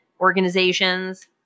organizations